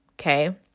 Okay